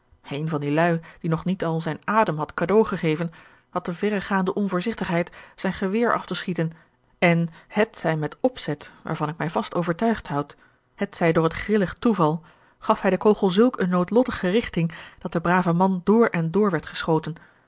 een van die lui die nog niet al zijn adem had cadeau gegeven had de verregaande onvoorzigtigheid zijn geweer af te schieten en hetzij met opzet waarvan ik mij vast overtuigd houd hetzij door het grillig toeval gaf hij den kogel zulk eene noodlottige rigting dat de brave man door en door werd geschoten